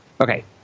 Okay